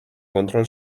kontrol